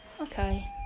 okay